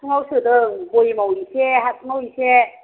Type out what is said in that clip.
हासुङाव सोदों भयेमाव एसे हासुङाव एसे